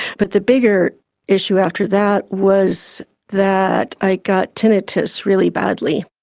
but the bigger issue after that was that i got tinnitus really badly,